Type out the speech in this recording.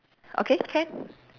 okay can